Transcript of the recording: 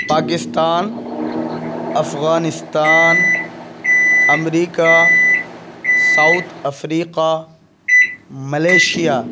پاکستان افغانستان امریکہ south Africa Malaysia